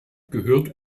gehört